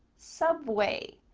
subway,